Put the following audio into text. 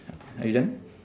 are you done